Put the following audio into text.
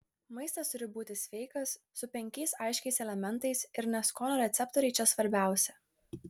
maistas turi būti sveikas su penkiais aiškiais elementais ir ne skonio receptoriai čia svarbiausia